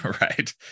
Right